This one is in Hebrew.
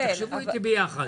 תחשבו איתי ביחד.